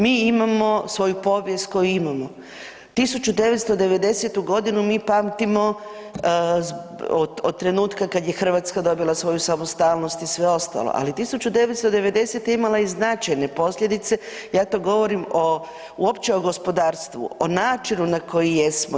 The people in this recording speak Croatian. Mi imamo svoju povijest koju imamo, 1990.-tu godinu mi pamtimo od trenutka kad je Hrvatska dobila svoju samostalnost i sve ostalo, ali 1990.-ta imala je i značajne posljedice ja to govorim uopće o gospodarstvu, o načinu na koji jesmo.